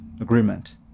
agreement